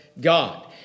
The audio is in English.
God